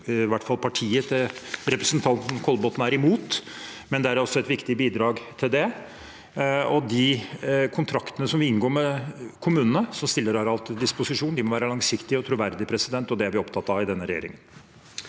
i hvert fall partiet til representanten Kollbotn er imot, men det er altså et viktig bidrag til det. De kontraktene vi inngår med kommunene som stiller areal til disposisjon, må være langsiktige og troverdige, og det er vi opptatt av i denne regjeringen.